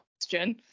question